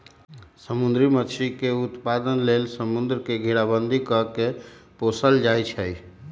समुद्री मछरी के उत्पादन लेल समुंद्र के घेराबंदी कऽ के पोशल जाइ छइ